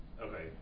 Okay